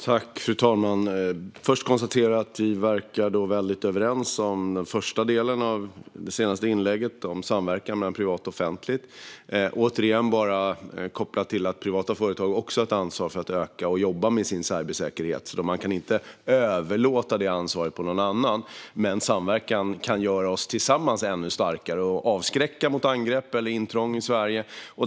Fru talman! Jag konstaterar att vi verkar vara överens om den första delen av det senaste inlägget om samverkan mellan privat och offentligt. Jag vill bara återigen koppla det till att privata företag också har ansvar för att öka och jobba med sin cybersäkerhet. De kan inte överlåta det ansvaret på någon annan. Men samverkan kan göra oss ännu starkare tillsammans och avskräcka från angrepp eller intrång i Sverige.